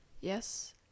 Yes